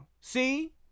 See